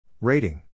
Rating